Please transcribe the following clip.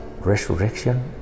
resurrection